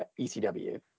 ECW